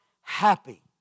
happy